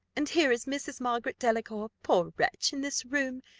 and here is mrs. margaret delacour, poor wretch, in this room,